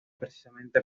precisamente